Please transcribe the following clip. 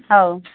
ହଉ